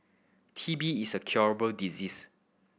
T B is a curable disease